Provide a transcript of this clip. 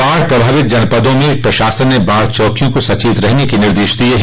बाढ़ प्रभावित जनपदों में प्रशासन ने बाढ़ चौकियों को सचेत रहने के निर्देश दिये हैं